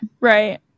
right